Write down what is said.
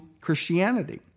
Christianity